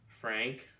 frank